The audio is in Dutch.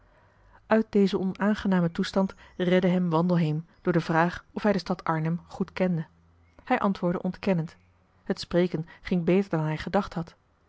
uit dezen onaangenamen toestand redde hem wandelheem door de vraag of hij de stad arnhem goed kende hij antwoordde ontkennend het spreken ging beter dan hij gedacht had